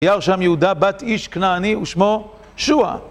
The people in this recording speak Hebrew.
וירא שם יהודה, בת איש כנעני, ושמו שוע.